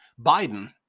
Biden